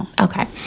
Okay